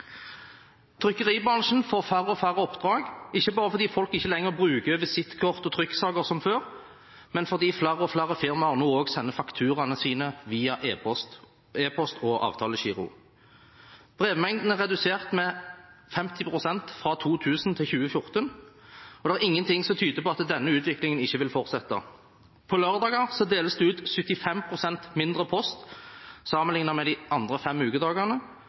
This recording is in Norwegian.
Trykkeribransjen får færre og færre oppdrag, ikke bare fordi folk ikke lenger bruker visittkort og trykksaker som før, men fordi flere og flere firmaer nå også sender fakturaene sine via e-post og avtalegiro. Brevmengden er redusert med 50 pst. fra 2000 til 2014, og det er ingen ting som tyder på at denne utviklingen ikke vil fortsette. På lørdager deles det ut 75 pst. mindre post sammenliknet med de andre fem ukedagene,